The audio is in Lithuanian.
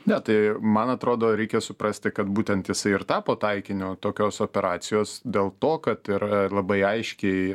ne tai man atrodo reikia suprasti kad būtent jisai ir tapo taikiniu o tokios operacijos dėl to kad yra labai aiškiai